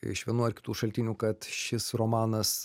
iš vienų ar kitų šaltinių kad šis romanas